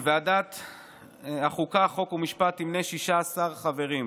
ועדת החוקה, חוק ומשפט תמנה 16 חברים: